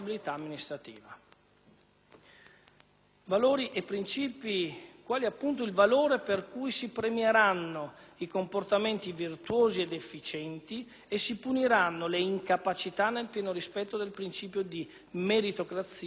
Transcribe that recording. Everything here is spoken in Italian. Valori e principi quali quello per cui si premieranno i comportamenti virtuosi ed efficienti e si puniranno le incapacità, nel pieno rispetto dei criteri di meritocrazia e di buonsenso.